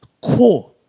Core